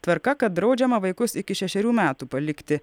tvarka kad draudžiama vaikus iki šešerių metų palikti